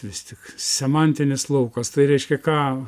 vis tik semantinis laukas tai reiškia ką